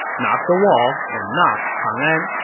not the wall, and not chang'an.